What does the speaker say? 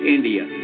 India